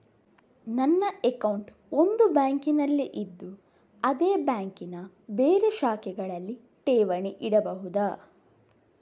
ನನ್ನ ಅಕೌಂಟ್ ಒಂದು ಬ್ಯಾಂಕಿನಲ್ಲಿ ಇದ್ದು ಅದೇ ಬ್ಯಾಂಕಿನ ಬೇರೆ ಶಾಖೆಗಳಲ್ಲಿ ಠೇವಣಿ ಇಡಬಹುದಾ?